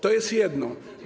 To jest jedno.